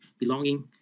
belonging